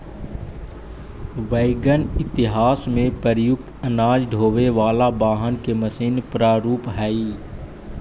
wagon इतिहास में प्रयुक्त अनाज ढोवे वाला वाहन के मशीन प्रारूप हई